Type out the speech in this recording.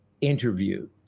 interview